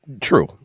True